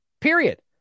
Period